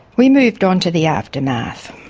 we moved onto the aftermath.